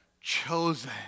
chosen